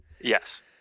Yes